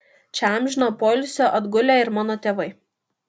čia amžino poilsio atgulę ir mano tėvai